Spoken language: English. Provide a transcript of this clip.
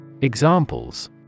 Examples